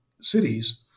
cities